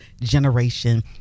generation